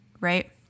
Right